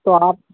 तो आप